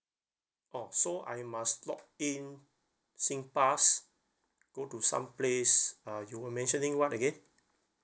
oh so I must login singpass go to some place uh you were mentioning what again